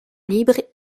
libre